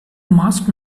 mask